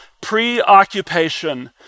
preoccupation